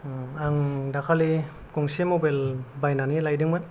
आं दाखालि गंसे मबाइल बायनानै लायदोंमोन